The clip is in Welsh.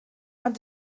ond